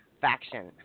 faction